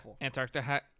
Antarctica